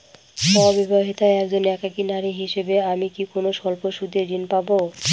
অবিবাহিতা একজন একাকী নারী হিসেবে আমি কি কোনো স্বল্প সুদের ঋণ পাব?